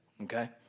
okay